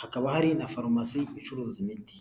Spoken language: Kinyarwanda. hakaba hari na farumasi icuruza imiti.